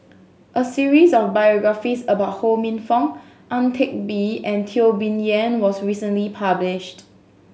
a series of biographies about Ho Minfong Ang Teck Bee and Teo Bee Yen was recently published